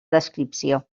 descripció